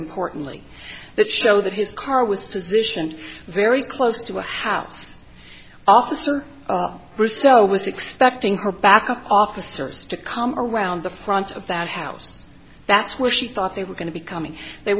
importantly that show that his car was positioned very close to a house after bristow was expecting her backup officers to come around the front of that house that's where she thought they were going to be coming they